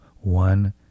one